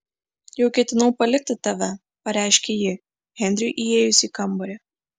jau ketinau palikti tave pareiškė ji henriui įėjus į kambarį